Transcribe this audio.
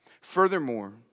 Furthermore